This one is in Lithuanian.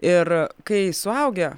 ir kai suaugę